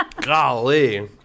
Golly